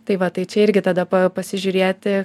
tai va tai čia irgi tada pasižiūrėti